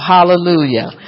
Hallelujah